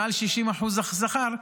מעל 60% שכר,